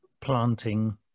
planting